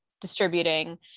distributing